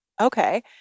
okay